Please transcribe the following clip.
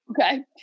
Okay